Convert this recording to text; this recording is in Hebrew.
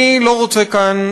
אני לא רוצה כאן,